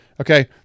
Okay